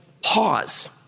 pause